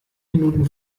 minuten